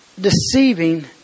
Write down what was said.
Deceiving